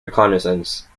reconnaissance